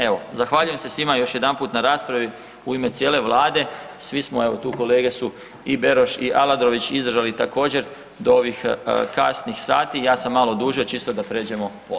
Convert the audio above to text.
Evo zahvaljujem se svima još jedanput na raspravi u ime cijele Vlade, svi smo evo kolege tu i Beroš i Aladrović izdržali također do ovih kasnih sati, ja sam malo duže čisto da pređemo ponoć.